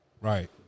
Right